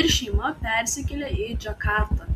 ir šeima persikėlė į džakartą